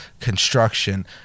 construction